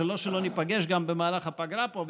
זה לא שלא ניפגש גם במהלך הפגרה פה ושם.